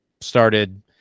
started